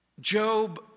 Job